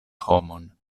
homon